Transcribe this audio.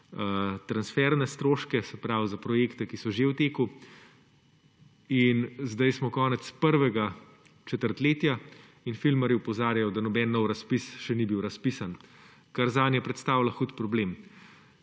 transferne stroške, se pravi za projekte, ki so že v teku. Zdaj smo konec prvega četrtletja in filmarji opozarjajo, da noben nov razpis še ni bil razpisan, kar zanje predstavlja hud problem.